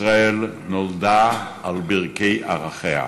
ישראל נולדה על ברכי ערכיה,